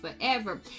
forever